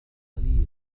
قليل